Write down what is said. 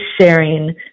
sharing